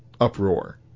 uproar